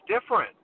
different